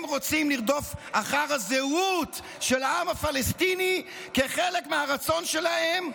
הם רוצים לרדוף אחר הזהות של העם הפלסטיני כחלק מהרצון שלהם,